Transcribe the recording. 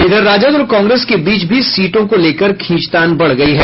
इधर राजद और कांग्रेस के बीच भी सीटों को लेकर खींचतान बढ़ गयी है